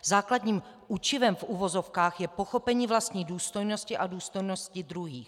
Základním učivem v uvozovkách je pochopení vlastní důstojnosti a důstojnosti druhých.